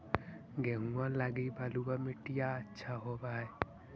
गेहुआ लगी बलुआ मिट्टियां अच्छा होव हैं?